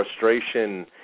frustration